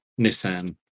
Nissan